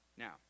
Now